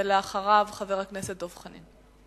ואחריו לחבר הכנסת דב חנין.